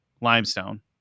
limestone